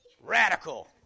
Radical